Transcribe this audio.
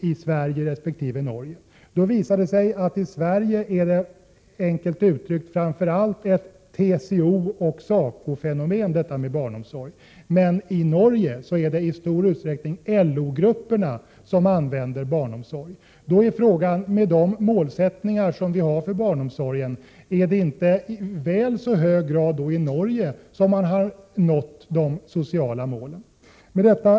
Det ba 2 sering av den offentliga visar sig att barnomsorg i Sverige enkelt uttryckt framför allt är ett TCO och SekiorA SACO-fenomen, medan det i Norge i stor utsträckning är LO-grupperna som använder sig av barnomsorg. Man kan fråga sig om inte Norge i högre grad än vi har uppnått de sociala målen med barnomsorgen.